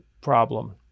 problem